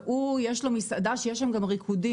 ולו יש מסעדה שיש בה גם ריקודים.